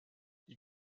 die